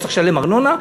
שצריך לשלם ארנונה.